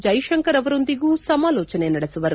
ಜೈಸಂಕರ್ ಅವರೊಂದಿಗೂ ಸಮಾಲೋಚನೆ ನಡೆಸುವರು